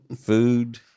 food